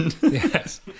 Yes